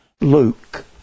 luke